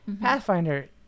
Pathfinder